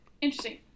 interesting